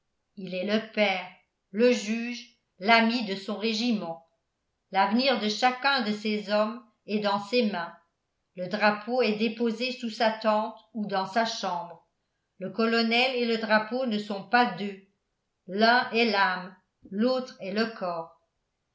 il est le père le juge l'ami de son régiment l'avenir de chacun de ses hommes est dans ses mains le drapeau est déposé sous sa tente ou dans sa chambre le colonel et le drapeau ne sont pas deux l'un est l'âme l'autre est le corps